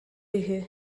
үһү